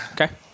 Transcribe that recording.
Okay